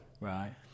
Right